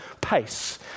pace